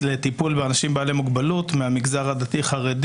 לטיפול בעלי מוגבלות מהמגזר הדתי-חרדי.